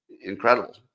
incredible